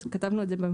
אז כתבנו את זה במפורש,